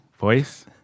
Voice